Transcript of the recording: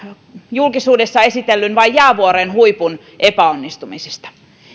julkisuudessa esitellyn vain jäävuoren huipun epäonnistumisista